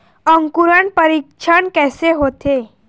अंकुरण परीक्षण कैसे होथे?